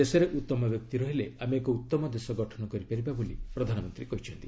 ଦେଶରେ ଉତ୍ତମ ବ୍ୟକ୍ତି ରହିଲେ ଆମେ ଏକ ଉତ୍ତମ ଦେଶ ଗଠନ କରିପାରିବା ବୋଲି ପ୍ରଧାନମନ୍ତ୍ରୀ କହିଛନ୍ତି